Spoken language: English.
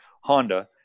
Honda